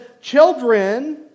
children